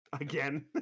again